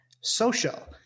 social